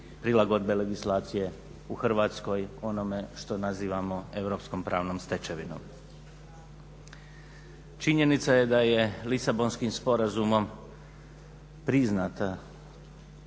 se ne razumije./… u Hrvatskoj onome što nazivamo europskom pravnom stečevinom. Činjenica je da je Lisabonskim sporazumom priznata